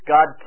God